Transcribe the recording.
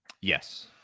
Yes